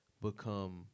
become